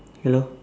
hello